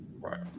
right